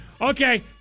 Okay